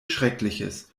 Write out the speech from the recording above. schreckliches